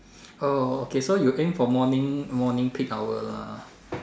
oh okay so you aim for morning morning peak hour lah